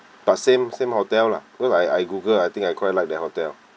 but same same hotel lah because I I google I think I quite like that hotel